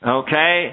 okay